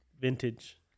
vintage